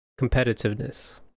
competitiveness